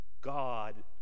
God